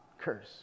curse